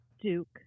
Duke